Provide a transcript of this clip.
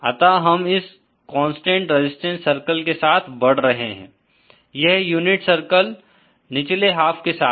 अतः हम इस कांस्टेंट रेजिस्टेंस सर्किल के साथ बढ़ रहे हैं यह यूनिट सर्किल निचले हाफ के साथ